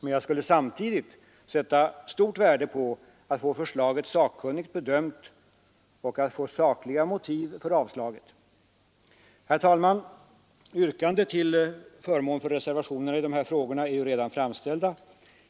Men jag skulle samtidigt sätta stort värde på att få förslaget sakkunnigt bedömt och att få sakliga motiv för avslaget. Herr talman! Yrkanden till förmån för reservationerna i dessa frågor är redan framställda.